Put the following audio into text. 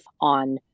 on